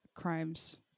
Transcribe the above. crimes